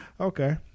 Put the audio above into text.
Okay